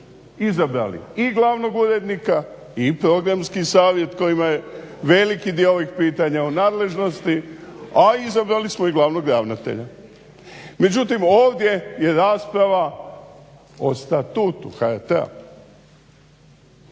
izabrali i glavnog urednika i programski savjet kojima je veliki dio pitanja o nadležnosti, a izabrali smo i glavnog ravnatelja. Međutim ovdje je rasprava o statutu HRT-a.